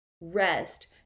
rest